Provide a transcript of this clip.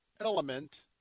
element